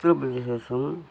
Uttar Pradesh